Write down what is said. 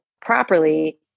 properly